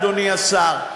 אדוני השר,